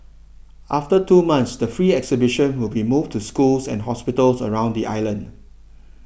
after two months the free exhibition will be moved to schools and hospitals around the island